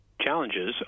challenges